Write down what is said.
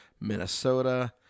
Minnesota